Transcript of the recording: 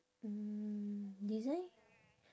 mm design